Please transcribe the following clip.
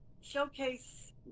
showcase